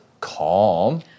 calm